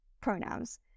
pronouns